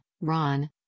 Ron